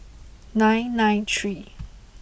nine nine three